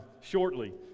shortly